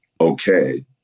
okay